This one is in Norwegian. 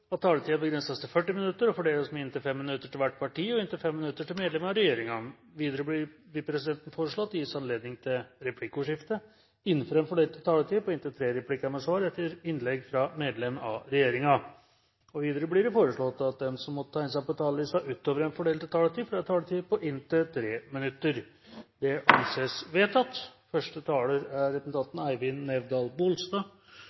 av regjeringen. Videre vil presidenten foreslå at det gis anledning til replikkordskifte på inntil tre replikker med svar etter innlegg fra medlem av regjeringen innenfor den fordelte taletid. Videre blir det foreslått at de som måtte tegne seg på talerlisten utover den fordelte taletid, får en taletid på inntil 3 minutter. – Det anses vedtatt. Dette er